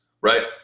right